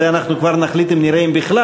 זה אנחנו כבר נחליט אם נראה אם בכלל